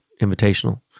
Invitational